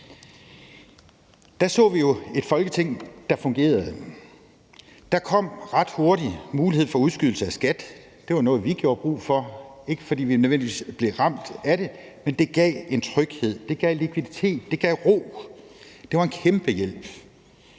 Der så vi jo et Folketing, der fungerede. Der kom ret hurtigt mulighed for udskydelse af skat, og det var noget, vi gjorde brug af. Det var ikke nødvendigvis, fordi vi blev ramt af det, men det gav en tryghed, det gav likviditet, det gav ro, det var en kæmpe hjælp.